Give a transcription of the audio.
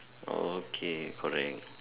okay correct